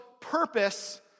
purpose